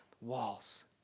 walls